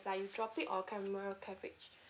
like you drop it or camera coverage